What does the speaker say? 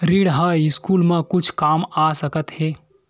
ऋण ह स्कूल मा कुछु काम आ सकत हे?